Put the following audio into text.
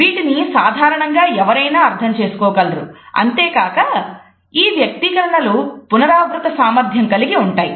వీటిని సాధారణంగా ఎవరైనా అర్థం చేసుకోగలరు అంతేకాక ఈ వ్యక్తీకరణలు పునరావృత సామర్థ్యం కలిగి ఉంటాయి